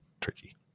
tricky